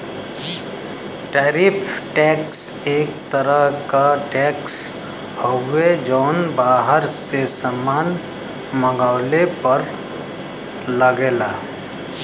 tariff tax एक तरह क टैक्स हउवे जौन बाहर से सामान मंगवले पर लगला